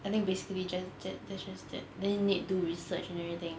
I think basically just just just just that then need do research and everything